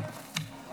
אדוני היושב-ראש,